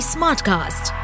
Smartcast